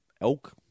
elk